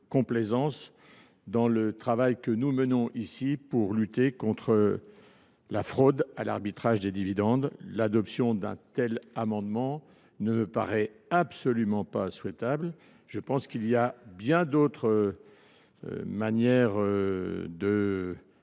complaisance au cœur du travail que nous menons ici pour lutter contre la fraude à l’arbitrage des dividendes. L’adoption d’un tel amendement ne me paraît ainsi absolument pas souhaitable. Je pense qu’il y a bien d’autres manières de